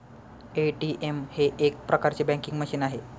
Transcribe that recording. ATM हे एक प्रकारचे बँकिंग मशीन आहे